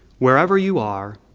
wherever you are,